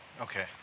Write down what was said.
Okay